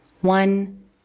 One